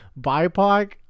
BIPOC